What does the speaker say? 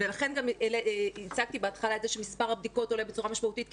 ולכן גם הצגתי בהתחלה את זה שמספר הבדיקות עולה בצורה משמעותית,